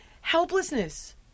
helplessness